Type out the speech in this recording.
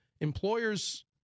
Employers